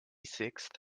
sixth